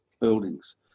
buildings